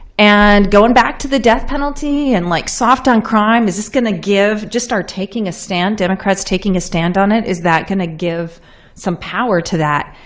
and going back to the death penalty, and like soft on crime, is just going to give just start taking a stand, democrats taking a stand on it. is that going to give some power to that?